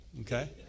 Okay